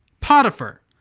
Potiphar